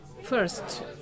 First